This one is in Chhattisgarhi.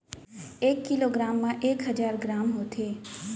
एक किलो ग्राम मा एक हजार ग्राम होथे